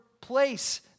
place